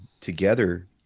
together